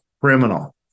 criminal